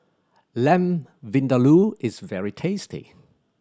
Lamb Vindaloo is very tasty